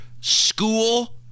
school